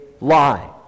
lie